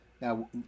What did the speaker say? Now